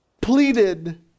pleaded